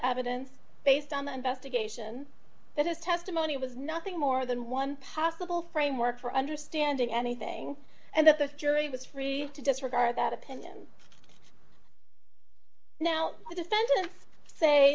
evidence based on the investigation that his testimony was nothing more than one possible framework for understanding anything and that the jury was free to disregard that opinion now